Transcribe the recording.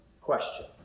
question